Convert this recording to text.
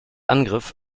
angriff